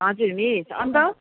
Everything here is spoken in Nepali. हजुर मिस अन्त